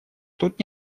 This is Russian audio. тут